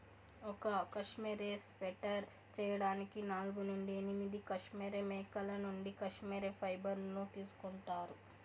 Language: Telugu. ఒక కష్మెరె స్వెటర్ చేయడానికి నాలుగు నుండి ఎనిమిది కష్మెరె మేకల నుండి కష్మెరె ఫైబర్ ను తీసుకుంటారు